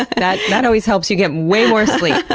that that always helps you get way more sleep.